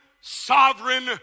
sovereign